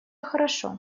хорошо